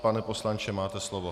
Pane poslanče, máte slovo.